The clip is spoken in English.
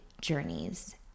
journeys